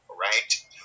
right